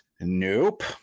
nope